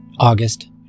August